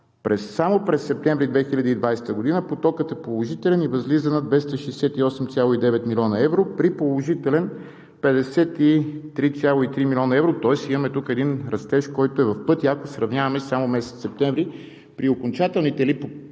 месец септември 2020 г. потокът е положителен и възлиза на 268,9 млн. евро – положителен 53,3 млн. евро, тоест имаме един растеж, който е в пъти, ако сравняваме с месец септември. При окончателните или